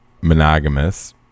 monogamous